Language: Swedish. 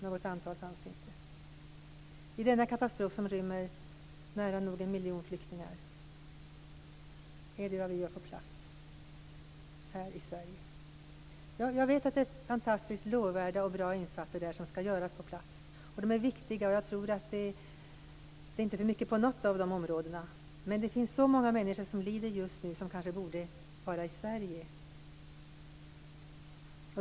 Något antal angavs inte. I denna katastrof, som rymmer nära nog en miljon flyktingar, är det vad vi gör här i Sverige. Jag vet att det är fantastiskt lovvärda och bra insatser som skall göras på plats. De är viktiga. Jag tror inte att det görs för mycket på något av de områdena, men det finns så många människor som lider just nu som kanske borde vara i Sverige.